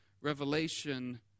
revelation